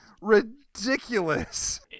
ridiculous